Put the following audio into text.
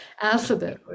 alphabet